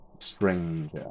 Stranger